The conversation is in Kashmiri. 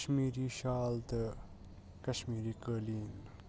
کَشمیٖری شال تہٕ کَشمیٖری قٲلیٖن